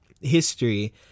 history